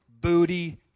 booty